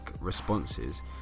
responses